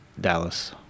Dallas